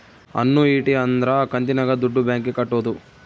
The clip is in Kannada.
ಅನ್ನೂಯಿಟಿ ಅಂದ್ರ ಕಂತಿನಾಗ ದುಡ್ಡು ಬ್ಯಾಂಕ್ ಗೆ ಕಟ್ಟೋದು